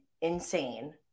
insane